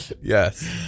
Yes